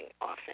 often